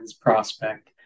prospect